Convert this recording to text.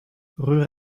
rue